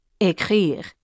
écrire